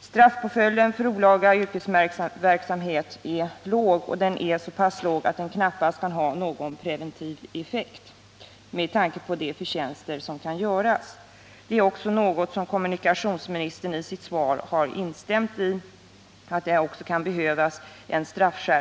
Straffpåföljden för olaga yrkesmässig trafik är låg, ca 300 kr. i böter. Det kan knappast ha en preventiv effekt med tanke på de förtjänster som kan göras.